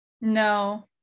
No